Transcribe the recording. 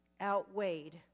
outweighed